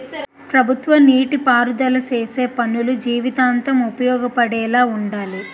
ప్రభుత్వ నీటి పారుదల సేసే పనులు జీవితాంతం ఉపయోగపడేలా వుండాలి